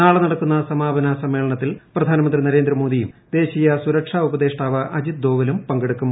നാളെ നടക്കുന്ന സ്മാപന സമ്മേളനത്തിൽ പ്രധാനമന്ത്രി നരേന്ദ്രമോദിയും ദേശീയ സുരക്ഷാ ഉപദേഷ്ടാവ് അജിത് ഡോവലും പങ്കെടുക്കും